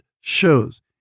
shows